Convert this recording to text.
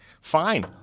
Fine